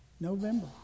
November